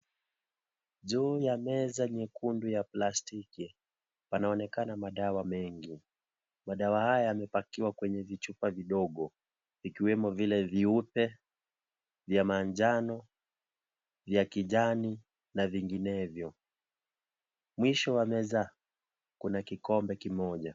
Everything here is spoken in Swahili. Juu ya meza nyekundu ya plastiki panaonekana madawa mengi. Madawa haya yamepakiwa kwenye vichupa vidogo vikiwemo vile viupe, via majano, via kijani na vinginevyo. Mwisho wa meza kuna kikombe kimoja.